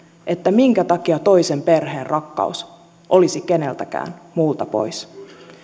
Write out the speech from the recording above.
minkä takia toisen perheen rakkaus olisi keneltäkään muulta pois